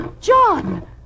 John